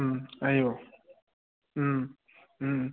আহিব